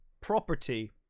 property